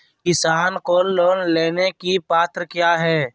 किसान को लोन लेने की पत्रा क्या है?